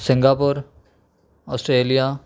Singapore Australia